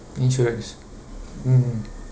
insurance mm